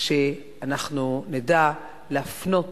שאנחנו נדע להפנות